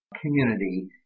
community